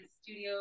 studio